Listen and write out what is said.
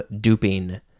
duping